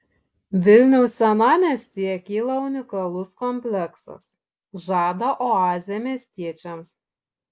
vilniaus senamiestyje kyla unikalus kompleksas žada oazę miestiečiams